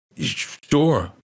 sure